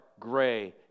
Gray